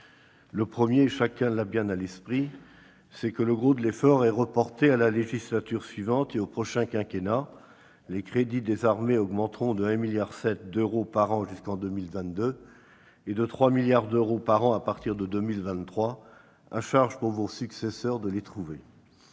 Le premier, chacun l'a bien à l'esprit, c'est que le gros de l'effort est reporté à la législature suivante et au prochain quinquennat : les crédits des armées augmenteront ainsi de 1,7 milliard d'euros par an jusqu'en 2022 et de 3 milliards d'euros par an à partir de 2023. À charge pour vos successeurs de trouver